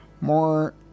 more